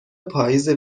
پاییزه